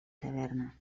taverna